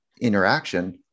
interaction